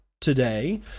today